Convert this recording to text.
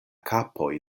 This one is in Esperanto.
kapoj